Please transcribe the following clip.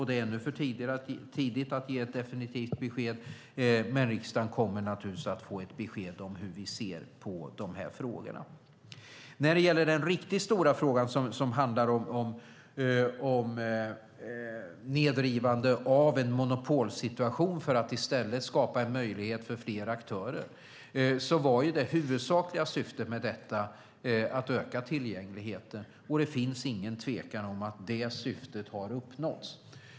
Det är ännu för tidigt att ge ett definitivt besked, men riksdagen kommer naturligtvis att få ett besked om hur vi ser på dessa frågor. När det gäller den riktigt stora frågan, som handlar om nedrivande av en monopolsituation för att i stället skapa en möjlighet för fler aktörer, var det huvudsakliga syftet med detta att öka tillgängligheten. Det finns heller ingen tvekan om att syftet har uppnåtts.